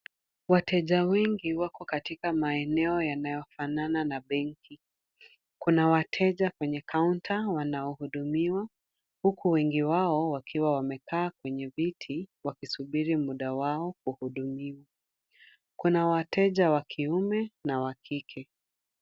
Wateja wengi wako katika maeneo yanayofanana na benki. Kuna wateja kwenye kaunta wanaohudumia, huku wengi wao wamekaa kwenye viti wakisubiri muda wao wa kuhudumiwa. Kuna wateja wa kiume na wa kike.